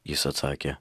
jis atsakė